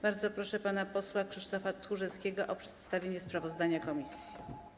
Bardzo proszę pana posła Krzysztofa Tchórzewskiego o przedstawienie sprawozdania komisji.